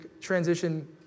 transition